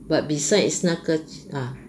but besides 那个 ah